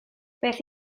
beth